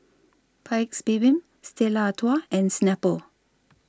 Paik's Bibim Stella Artois and Snapple